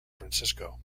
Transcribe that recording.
francisco